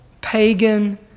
pagan